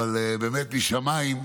באמת, משמיים,